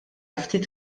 ftit